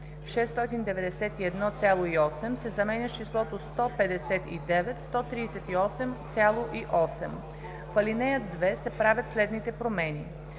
691,8“ се заменя с числото „ 159 138,8“; В ал. 2 се правят следните промени: